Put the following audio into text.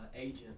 agent